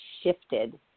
shifted